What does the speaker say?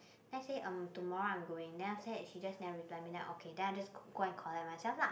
then I say um tomorrow I'm going then after that she just never reply me then I okay then I just go and collect myself lah